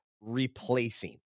replacing